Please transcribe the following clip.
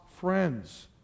Friends